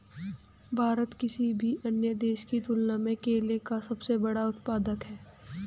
भारत किसी भी अन्य देश की तुलना में केले का सबसे बड़ा उत्पादक है